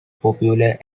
popular